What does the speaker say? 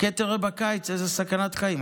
חכה תראה בקיץ איזה סכנת חיים.